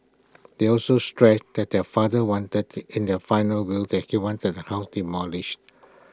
they also stressed that their father want that the in their final will that he wanted the house demolished